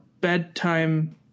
bedtime